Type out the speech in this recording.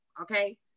okay